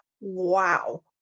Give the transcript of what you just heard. Wow